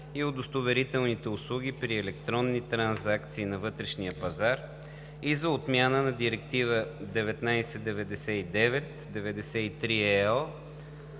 и удостоверителните услуги при електронни трансакции на вътрешния пазар и за отмяна на Директива 1999/93/ЕО